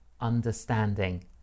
understanding